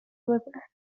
liver